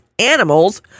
animals